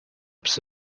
ups